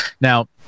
Now